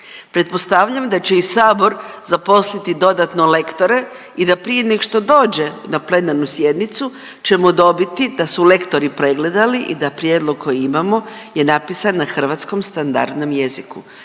Pretpostavljam da će i sabor zaposliti dodatno lektore i da prije neg što dođe na plenarnu sjednicu ćemo dobiti da su lektori pregledali i da prijedlog koji imamo je napisan na hrvatskom standardnom jeziku